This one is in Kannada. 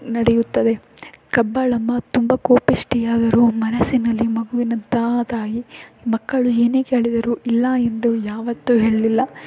ನಡೆಯುತ್ತದೆ ಕಬ್ಬಾಳಮ್ಮ ತುಂಬ ಕೋಪಿಷ್ಠೆ ಆದರೂ ಮನಸ್ಸಿನಲ್ಲಿ ಮಗುವಿನಂಥ ತಾಯಿ ಮಕ್ಕಳು ಏನೇ ಕೇಳಿದರೂ ಇಲ್ಲ ಎಂದು ಯಾವತ್ತೂ ಹೇಳಲಿಲ್ಲ